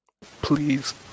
Please